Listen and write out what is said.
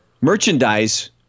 merchandise